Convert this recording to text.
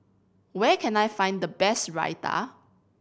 where can I find the best Raita